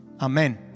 Amen